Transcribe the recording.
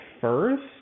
first